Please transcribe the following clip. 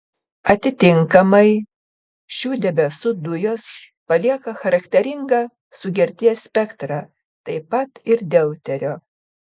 atitinkamai šių debesų dujos palieka charakteringą sugerties spektrą taip pat ir deuterio